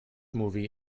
movie